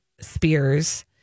Spears